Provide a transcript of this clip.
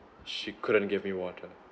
she couldn't give me water